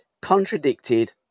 contradicted